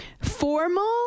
Formal